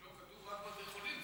לא, כתוב רק "בתי חולים".